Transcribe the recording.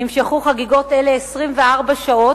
נמשכו חגיגות אלה 24 שעות,